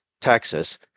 Texas